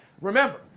Remember